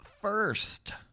first